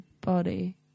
body